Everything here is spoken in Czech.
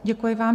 Děkuji vám.